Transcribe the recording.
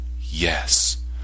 yes